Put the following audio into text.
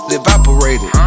evaporated